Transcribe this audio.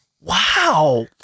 Wow